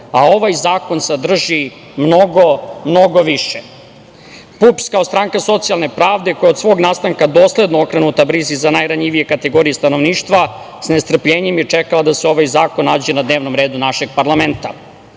a ovaj zakon sadrži mnogo, mnogo više. Partija ujedinjenih penzionera Srbije kao stranka socijalne pravde koja je od svog nastanka dosledno okrenuta brizi za najranjivije kategorije stanovništva sa nestrpljenjem je čekala da se ovaj zakon nađe na dnevnom redu našeg parlamenta.I